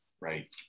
right